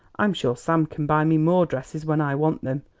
i'm sure sam can buy me more dresses when i want them.